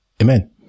Amen